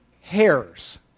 hairs